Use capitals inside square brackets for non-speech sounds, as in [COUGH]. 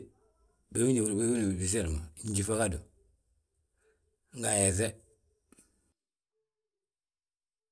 [HESITATION] bigi ma nyόbodi biyόbodi ngi [UNINTELLIGIBLE] njífa gadu nga ayefe.